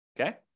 Okay